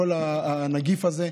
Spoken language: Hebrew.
בכל הנגיף הזה.